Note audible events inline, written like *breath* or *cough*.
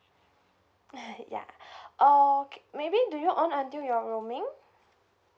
*laughs* ya *breath* or maybe do your on until your roaming